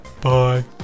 Bye